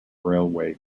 railway